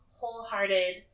wholehearted